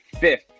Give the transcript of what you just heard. fifth